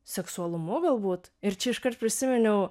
seksualumu galbūt ir čia iškart prisiminiau